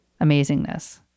amazingness